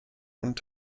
und